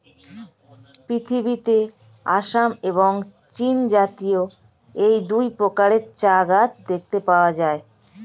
পৃথিবীতে আসাম এবং চীনজাতীয় এই দুই প্রকারের চা গাছ দেখতে পাওয়া যায়